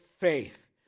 faith